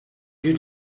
you